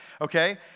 okay